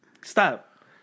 stop